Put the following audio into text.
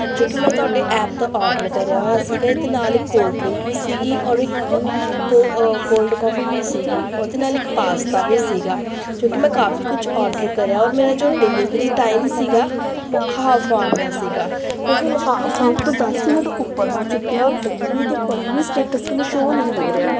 ਜੋ ਕਿ ਮੈਂ ਤੁਹਾਡੇ ਐਪ ਤੋਂ ਆਰਡਰ ਕਰਿਆ ਹੋਇਆ ਸੀਗਾ ਇਹਦੇ ਨਾਲ ਹੀ ਕੋਲਡ ਡਰਿੰਕ ਸੀਗੀ ਔਰ ਇੱਕ ਕੋ ਕੋਲਡ ਕੌਫੀ ਵੀ ਸੀਗੀ ਉਹਦੇ ਨਾਲ ਇੱਕ ਪਾਸਤਾ ਵੀ ਸੀਗਾ ਜੋ ਕਿ ਮੈਂ ਕਾਫੀ ਕੁਝ ਆਰਡਰ ਕਰਿਆ ਔਰ ਮੇਰਾ ਜੋ ਡੇਲੀਵਰੀ ਟਾਈਮ ਸੀਗਾ ਉਹ ਹਾਫ ਆਰ ਦਾ ਸੀਗਾ ਉਹ ਹੁਣ ਹਾਫ ਆਰ ਤੋਂ ਦਸ ਮਿੰਟ ਉੱਪਰ ਹੋ ਚੁੱਕਿਆ ਔਰ ਡੇਲੀਵਰੀ ਦੀ ਕੋਈ ਵੀ ਸਟੇਟਸ ਮੈਨੂੰ ਸ਼ੋ ਨਹੀਂ ਹੋ ਰਿਹਾ